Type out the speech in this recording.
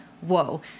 whoa